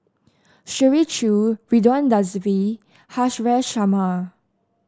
Shirley Chew Ridzwan Dzafir Haresh Sharma